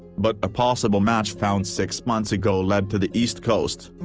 but a possible match found six months ago led to the east coast.